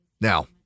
Now